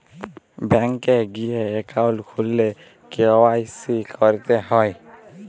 bank এ গিয়ে account খুললে কে.ওয়াই.সি ক্যরতে হ্যয়